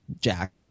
Jack